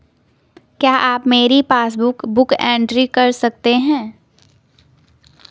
क्या आप मेरी पासबुक बुक एंट्री कर सकते हैं?